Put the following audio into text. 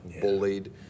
bullied